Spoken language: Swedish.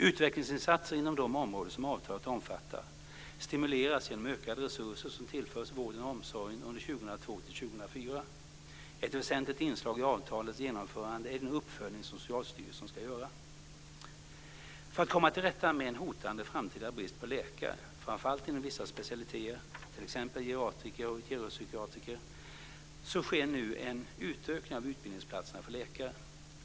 Utvecklingsinsatser inom de områden som avtalet omfattar stimuleras genom utökade resurser som tillförs vården och omsorgen under 2002-2004. Ett väsentligt inslag i avtalets genomförande är den uppföljning som Socialstyrelsen ska göra. För att komma till rätta med en hotande framtida brist på läkare, framför allt inom vissa specialiteter, t.ex. geriatriker och geropsykiatriker, så sker nu en utökning av utbildningsplatserna för läkare.